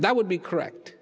that would be correct